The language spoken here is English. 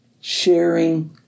sharing